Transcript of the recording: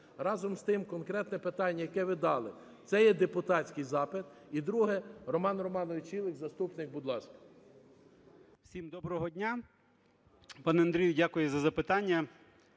Разом з тим конкретне питання, яке ви дали, це є депутатський запит. І друге. Роман Романович Ілик – заступник, будь ласка. 10:26:54 ІЛИК Р.Р. Всім доброго дня. Пане Андрію, дякую за запитання.